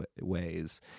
ways